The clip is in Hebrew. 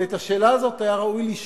ואת השאלה הזאת ראוי היה לשאול,